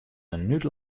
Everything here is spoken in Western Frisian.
minút